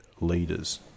leaders